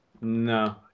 No